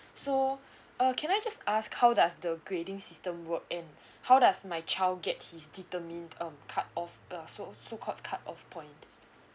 so uh can I just ask how does the grading system work and how does my child get his determined um cut off uh so so called cut off point